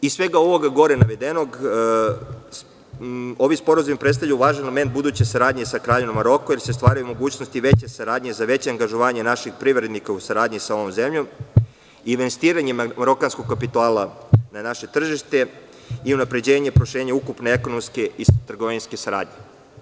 Iz svega ovoga gore navedenog, ovi sporazumi predstavljaju važan element buduće saradnje sa Kraljevinom Maroko, jer se stvaraju mogućnosti veće saradnje, za veće angažovanje naših privrednika u saradnji sa ovom zemljom, investiranje marokanskog kapitala na naše tržište i unapređenje i proširenje ukupne ekonomske i trgovinske saradnje.